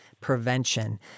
prevention